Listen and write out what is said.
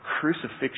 crucifixion